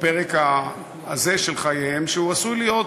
בפרק הזה של חייהם שעשוי להיות,